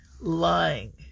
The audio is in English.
Lying